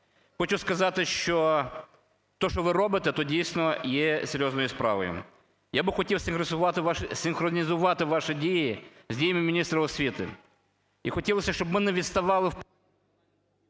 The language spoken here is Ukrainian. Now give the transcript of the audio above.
Хочу сказати, що те, що ви робите, то, дійсно, є серйозною справою. Я би хотів синхронізувати ваші дії з діями міністра освіти. І хотілося б, щоб ми не відставали…